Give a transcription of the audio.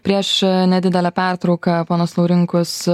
prieš nedidelę pertrauką ponas laurinkus